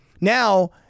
Now